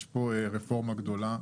יש פה רפורמה גדולה,